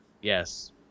yes